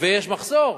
ויש מחסור.